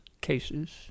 cases